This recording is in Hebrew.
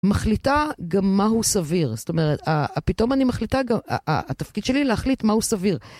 מחליטה גם מהו סביר, זאת אומרת, פתאום אני מחליטה, התפקיד שלי להחליט מהו סביר.